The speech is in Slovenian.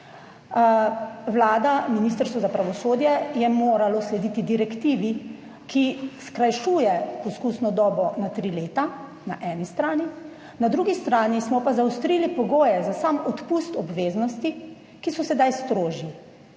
Vlada, Ministrstvo za pravosodje je moralo slediti direktivi, ki skrajšuje poskusno dobo na tri leta na eni strani, na drugi strani smo pa zaostrili pogoje za sam odpust obveznosti, ki so sedaj strožji.